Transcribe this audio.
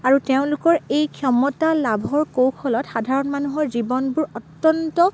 আৰু তেওঁলোকৰ এই ক্ষমতা লাভৰ কৌশলত সাধাৰণ মানুহৰ জীৱনবোৰ অত্যন্ত